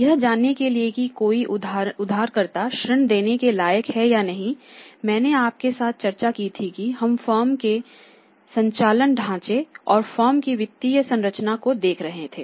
यह जानने के लिए कि कोई उधारकर्ता ऋण देने के लायक है या नहीं मैंने आपके साथ चर्चा की थी कि हम फर्म के संचालन ढांचे और फर्म की वित्तीय संरचना को देख रहे थे